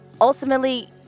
ultimately